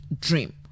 dream